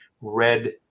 Red